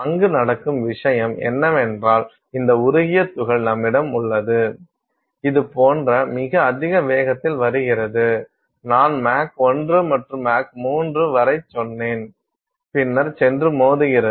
அங்கு நடக்கும் விஷயம் என்னவென்றால் இந்த உருகிய துகள் நம்மிடம் உள்ளது இது போன்ற மிக அதிக வேகத்தில் வருகிறது நான் மாக் 1 முதல் மாக் 3 வரை சொன்னேன் பின்னர் சென்று மோதுகிறது